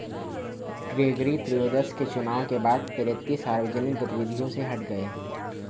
Gregory त्रयोदश के चुनाव के बाद पेरेत्ती सार्वजनिक गतिविधियों से हट गए